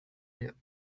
him